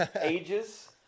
ages